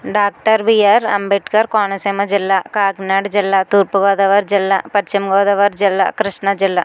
doctor B R Ambedkar Konaseema జిల్లా కాకినాడ జిల్లా తూర్పు గోదావరి జిల్లా పశ్చిమ గోదావరి జిల్లా కృష్ణా జిల్లా